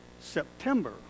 September